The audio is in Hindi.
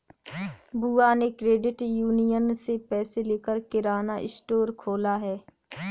बुआ ने क्रेडिट यूनियन से पैसे लेकर किराना स्टोर खोला है